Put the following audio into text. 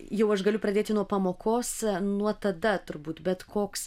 jau aš galiu pradėti nuo pamokos nuo tada turbūt bet koks